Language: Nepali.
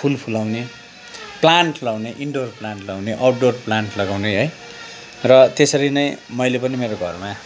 फुल फुलाउने प्लान्ट लगाउने इन्डोर प्लान्ट लगाउने आउटडोर प्लान्ट लगाउने है र त्यसरी नै मैले पनि मेरो घरमा